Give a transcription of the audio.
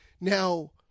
Now